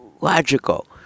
logical